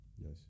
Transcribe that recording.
Yes